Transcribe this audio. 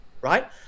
Right